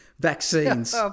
vaccines